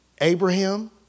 Abraham